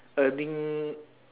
earning